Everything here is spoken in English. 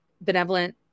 benevolent